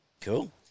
Cool